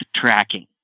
tracking